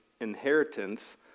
inheritance